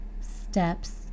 steps